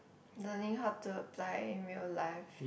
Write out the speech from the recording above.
learning how to apply in real life